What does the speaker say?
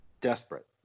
desperate